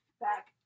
Back